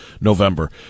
November